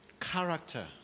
Character